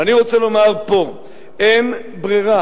ואני רוצה לומר פה: אין ברירה,